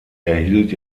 erhielt